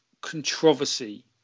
controversy